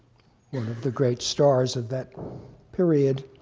you know the great stars of that period.